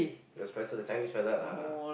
the Spencer the Chinese fellow lah